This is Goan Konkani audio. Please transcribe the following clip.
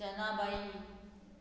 जनाबाई